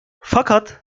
fakat